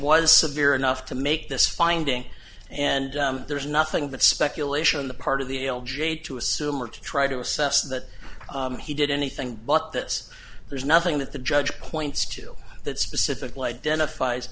was severe enough to make this finding and there is nothing but speculation on the part of the l j to assume or to try to assess that he did anything but this there's nothing that the judge points to that specifically identifie